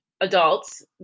adults